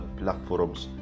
platforms